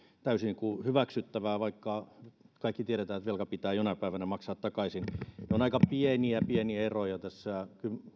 täysin hyväksyttävää vaikka me kaikki tiedämme että velka pitää jonain päivänä maksaa takaisin ne ovat aika pieniä pieniä eroja tässä